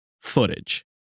footage